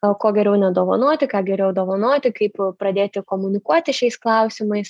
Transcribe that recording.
o ko geriau nedovanoti ką geriau dovanoti kaip pradėti komunikuoti šiais klausimais